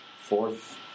fourth